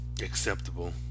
acceptable